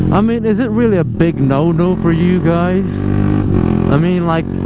i mean is it really a big no-no for you guys i mean like